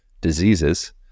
diseases